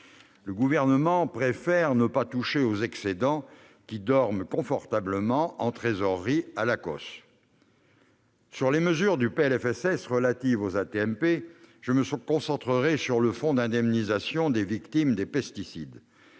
Le Gouvernement préfère ne pas toucher aux excédents qui dorment confortablement en trésorerie à l'Acoss. Parmi les mesures relatives aux AT-MP, je me concentrerai sur le fonds d'indemnisation des victimes des pesticides.